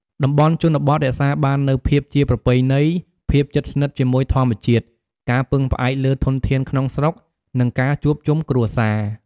តំបន់ជនបទរក្សាបាននូវភាពជាប្រពៃណី ភាពជិតស្និទ្ធជាមួយធម្មជាតិ ការពឹងផ្អែកលើធនធានក្នុងស្រុក និងការជួបជុំគ្រួសារ។